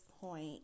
point